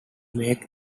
make